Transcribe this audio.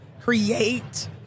create